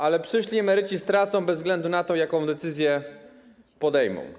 Ale przyszli emeryci stracą bez względu na to, jaką decyzję podejmą.